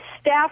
staff